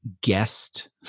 guest